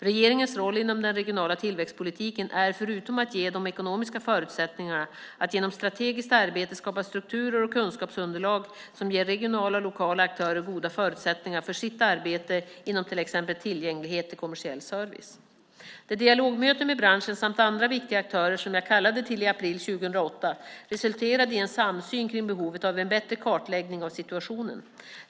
Regeringens roll inom den regionala tillväxtpolitiken är, förutom att ge de ekonomiska förutsättningarna, att genom strategiskt arbete skapa strukturer och kunskapsunderlag som ger regionala och lokala aktörer goda förutsättningar för sitt arbete inom till exempel tillgänglighet till kommersiell service. Det dialogmöte med branschen samt andra viktiga aktörer som jag kallade till i april 2008 resulterade i en samsyn på behovet av en bättre kartläggning av situationen.